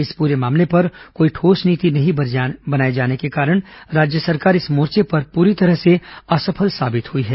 इस पूरे मामले पर कोई ठोस नीति नहीं बनाए जाने के कारण राज्य सरकार इस मोर्चे पर पूरी तरह से असफल साबित हुई है